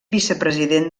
vicepresident